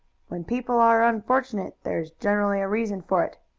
when people are unfortunate there is generally a reason for it.